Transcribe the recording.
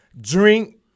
Drink